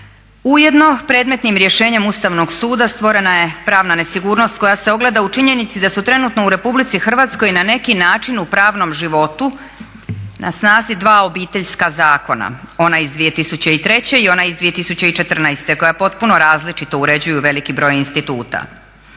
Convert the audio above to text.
Ujedno predmetnim rješenjem Ustavnog suda stvorena je pravna nesigurnost koja se ogleda u činjenici da su trenutno u Republici Hrvatskoj na neki način u pravnom životu na snazi dva Obiteljska zakona, onaj iz 2003. i onaj iz 2014. koja potpuno različito uređuju veliki broj instituta.